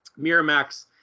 Miramax